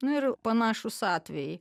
na ir panašūs atvejai